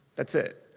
that's it.